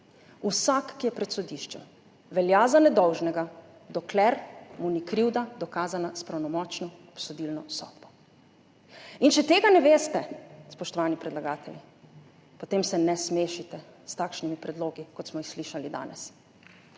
Vsak, ki je pred sodiščem, velja za nedolžnega, dokler mu ni krivda dokazana s pravnomočno obsodilno sodbo. Če tega ne veste, spoštovani predlagatelji, potem se ne smešite s takšnimi predlogi, kot smo jih slišali danes.